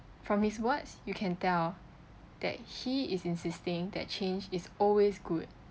from his words you can tell that he is insisting that change is always good